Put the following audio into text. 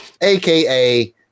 aka